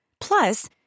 Plus